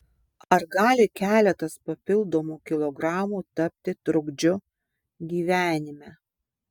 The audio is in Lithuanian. ar gali keletas papildomų kilogramų tapti trukdžiu gyvenime